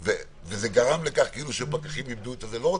וזה גרם לכך כאילו שפקחים איבדו סמכות לא רוצה.